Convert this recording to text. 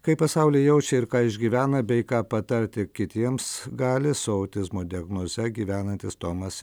kaip pasaulį jaučia ir ką išgyvena bei ką patarti kitiems gali su autizmo diagnoze gyvenantis tomas